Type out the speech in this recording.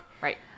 Right